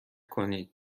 کنید